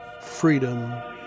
Freedom